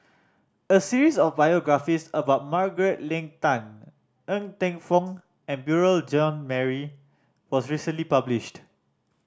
a series of biographies about Margaret Leng Tan Ng Teng Fong and Beurel Jean Marie was recently published